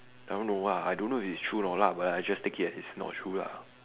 I don't know ah I don't know if it's true or not lah but I just take as it's not true lah